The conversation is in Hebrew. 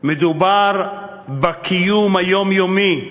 מדובר בקיום היומיומי.